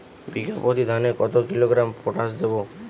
বিঘাপ্রতি ধানে কত কিলোগ্রাম পটাশ দেবো?